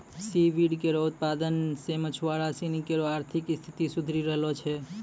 C weed केरो उत्पादन सें मछुआरा सिनी केरो आर्थिक स्थिति सुधरी रहलो छै